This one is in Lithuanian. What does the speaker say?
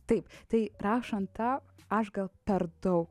taip tai rašant tą aš gal per daug